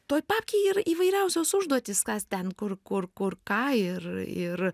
toj papkėj ir įvairiausios užduotys kas ten kur kur kur ką ir ir